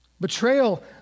Betrayal